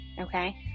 okay